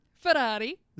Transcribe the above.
Ferrari